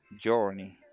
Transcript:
journey